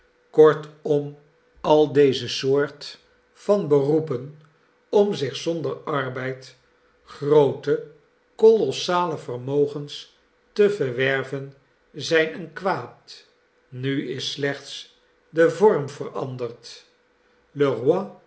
kortom al deze soort van beroepen om zich zonder arbeid groote kolossale vermogens te verwerven zijn een kwaad nu is slechts de vorm veranderd le